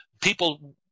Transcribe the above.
People